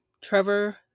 Trevor